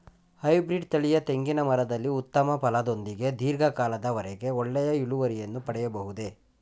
Hybrid ತಳಿಯ ತೆಂಗಿನ ಮರದಲ್ಲಿ ಉತ್ತಮ ಫಲದೊಂದಿಗೆ ಧೀರ್ಘ ಕಾಲದ ವರೆಗೆ ಒಳ್ಳೆಯ ಇಳುವರಿಯನ್ನು ಪಡೆಯಬಹುದೇ?